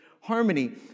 harmony